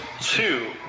two